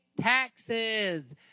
taxes